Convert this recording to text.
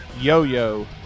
Yo-yo